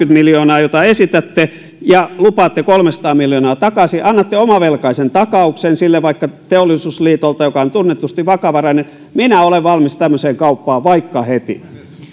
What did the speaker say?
miljoonaa jota esitätte ja te lupaatte kolmesataa miljoonaa takaisin annatte omavelkaisen takauksen sille vaikka teollisuusliitolta joka on tunnetusti vakavarainen minä olen valmis tämmöiseen kauppaan vaikka heti